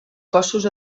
cossos